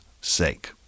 sake